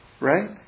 right